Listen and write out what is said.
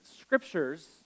Scriptures